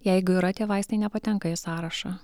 jeigu yra tie vaistai nepatenka į sąrašą